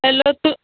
hello तु